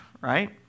right